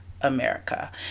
America